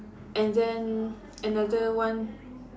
and then another one